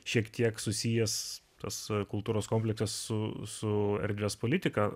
šiek tiek susijęs tas kultūros komplektas su su erdvės politika